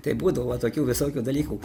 tai būdavo tokių visokių dalykų